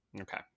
Okay